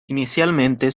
inicialmente